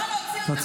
------ היא תקום,